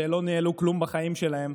שלא ניהלו כלום בחיים שלהם,